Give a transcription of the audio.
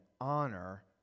honor